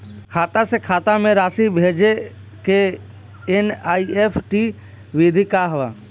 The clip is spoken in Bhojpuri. खाता से खाता में राशि भेजे के एन.ई.एफ.टी विधि का ह?